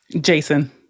Jason